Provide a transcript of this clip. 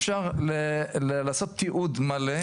אפשר לעשות תיעוד מלא,